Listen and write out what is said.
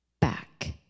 back